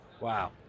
Wow